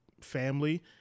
family